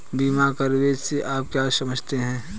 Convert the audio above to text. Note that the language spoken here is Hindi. बीमा कवरेज से आप क्या समझते हैं?